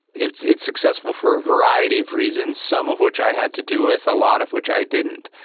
it's it's successful for a variety of reasons, some of which i had to do with, a lot of which i didn't.